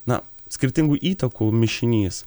na skirtingų įtakų mišinys